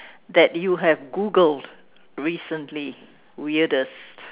that you have Googled recently weirdest